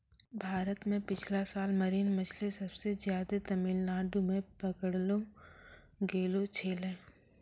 भारत मॅ पिछला साल मरीन मछली सबसे ज्यादे तमिलनाडू मॅ पकड़लो गेलो छेलै